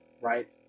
right